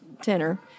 tenor